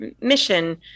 mission